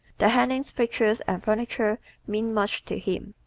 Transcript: the hangings, pictures, and furniture mean much to him.